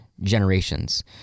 generations